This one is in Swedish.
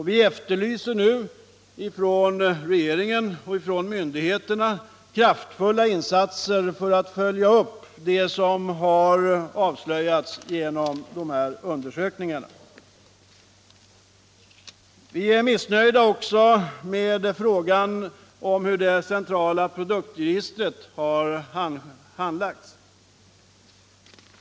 Vi efterlyser nu från regeringen och från myndigheterna kraftfulla insatser för att följa upp det som har avslöjats genom undersökningen. Vi är missnöjda också med hur frågan om det centrala produktregistret har handlagts.